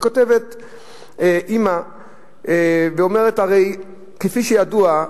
כותבת אמא ואומרת: הרי כפי שידוע,